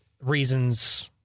reasons